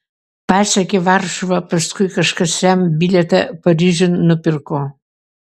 pasiekė varšuvą paskui kažkas jam bilietą paryžiun nupirko